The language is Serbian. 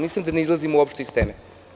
Mislim, da ne izlazimo uopšte iz teme.